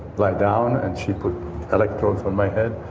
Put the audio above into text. lie down and she put electrodes on my head.